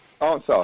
Answer